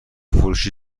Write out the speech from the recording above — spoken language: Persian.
فروشی